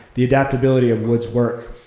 the adaptability of wood's work,